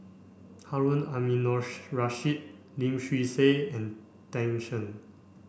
Harun Aminurrashid Lim Swee Say and Tan Shen